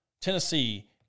Tennessee